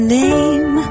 name